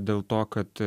dėl to kad